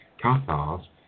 Cathars